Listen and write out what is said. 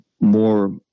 more –